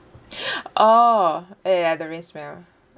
oh ya ya the rain smell